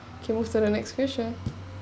okay move to the next question